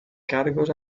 cargos